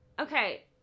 Okay